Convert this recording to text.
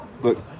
Look